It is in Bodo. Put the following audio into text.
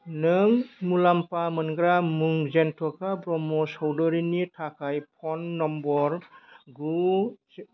नों मुलाम्फा मोनग्रा मुं जेन्थ'खा ब्रह्म चौधुरिनि थाखाय फन नम्बर गु